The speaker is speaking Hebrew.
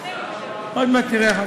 מה, עוד מעט תראה.